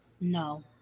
No